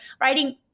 writing